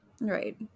Right